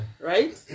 right